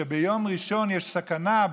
שביום ראשון בפורים יש סכנה,